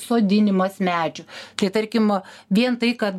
sodinimas medžių tai tarkim vien tai kad